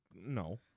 No